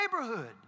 neighborhood